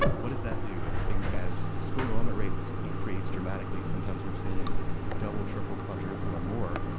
what does that do, as as school enrollment rates increase dramatically sometimes we've seen double, triple, quadruple or more